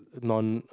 non